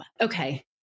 Okay